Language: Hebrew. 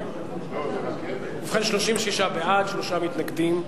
ובכן, 36 בעד, שלושה מתנגדים.